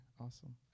Awesome